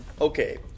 Okay